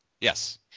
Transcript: Yes